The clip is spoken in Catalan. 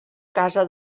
casa